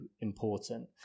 important